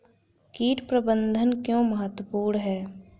कीट प्रबंधन क्यों महत्वपूर्ण है?